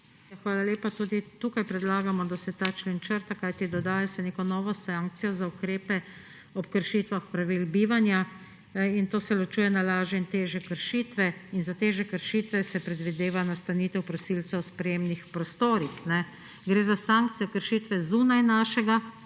Hvala lepa. Tudi tukaj predlagamo, da se ta člen črta, kajti dodaja se neko novo sankcijo za ukrepe ob kršitvah pravil bivanja; in to se ločuje na lažje in težje kršitve. Za težje kršitve se predvideva nastanitev prosilcev v sprejemnih prostorih. Gre za sankcijo kršitve zunaj našega